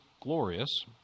glorious